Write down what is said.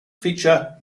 feature